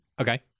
Okay